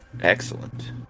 Excellent